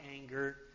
Anger